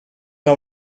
dat